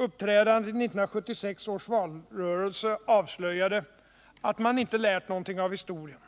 Uppträdandet i 1976 års valrörelse avslöjade att man inte hade lärt någonting av historien.